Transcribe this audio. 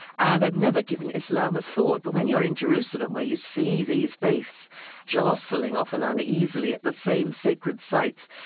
and i'd never given islam a thought. but when you're in jerusalem where you see these faces jostling often uneasily at the same sacred sites,